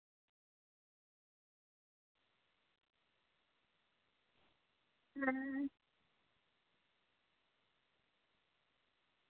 अं